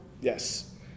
Yes